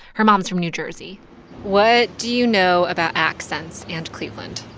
her mom's from new jersey what do you know about accents and cleveland?